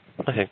Okay